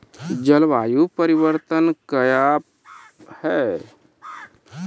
जलवायु परिवर्तन कया हैं?